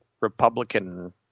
Republican